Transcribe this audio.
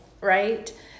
right